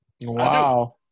Wow